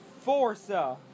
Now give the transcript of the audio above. Forza